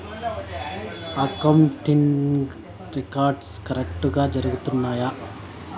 accounting records కరెక్టుగా జరుగుతున్నాయా